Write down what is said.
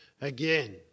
again